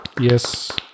Yes